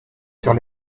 sur